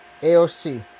AOC